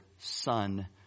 Son